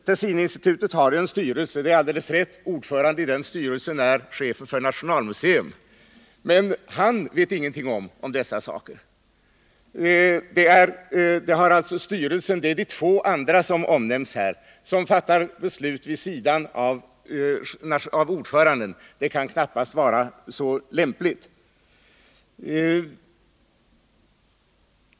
Tessininstitutet har ju en styrelse — det är alldeles riktigt — och ordföranden i den styrelsen är chefen för Nationalmuseum. Men han känner ingenting till om dessa saker. Det är tydligen de två andra i styrelsen som fattar beslut utan ordförandens medverkan. Det kan knappast vara så lämpligt.